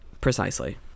precisely